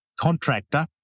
contractor